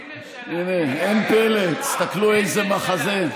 אין ממשלה, הינה, אין פלא, תסתכלו איזה מחזה.